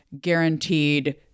guaranteed